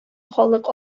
халык